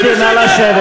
גברתי, נא לשבת.